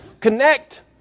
connect